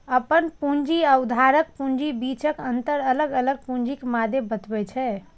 अपन पूंजी आ उधारक पूंजीक बीचक अंतर अलग अलग पूंजीक मादे बतबै छै